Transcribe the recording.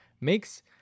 makes